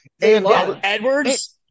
Edwards